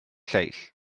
lleill